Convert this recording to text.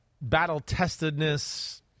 battle-testedness